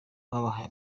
babahaye